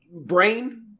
Brain